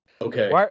okay